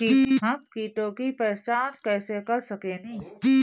हम कीटों की पहचान कईसे कर सकेनी?